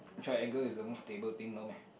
triangle is the most stable thing no meh